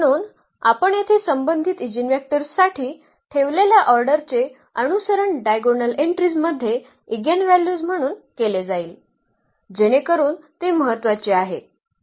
म्हणून आपण येथे संबंधित ईजीनवेक्टर्ससाठी ठेवलेल्या ऑर्डरचे अनुसरण डायगोनल एन्ट्रीज मध्ये इगेनव्ह्ल्यूज म्हणून केले जाईल जेणेकरून ते महत्वाचे आहे